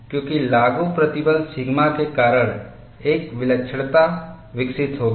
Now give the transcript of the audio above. क्योंकि लागू प्रतिबल सिग्मा के कारण एक विलक्षणता विकसित होगी